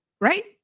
right